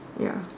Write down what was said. ya